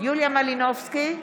יוליה מלינובסקי,